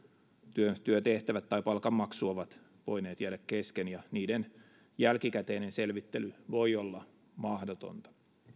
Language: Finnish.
työtehtävät tai palkanmaksu ovat voineet jäädä kesken ja niiden jälkikäteinen selvittely voi olla mahdotonta